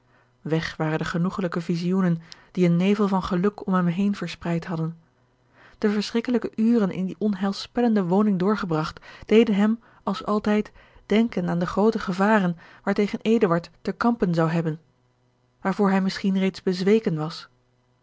weg waren de genoegelijke vizioenen die een nevel van geluk om hem heen verspreid hadden de verschrikkelijke uren in die onheilspellende woning doorgebragt deden hem als altijd denken aan de groote gevaren waartegen eduard te kampen zou hebben waarvoor hij misschien reeds bezweken was